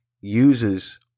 uses